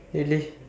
really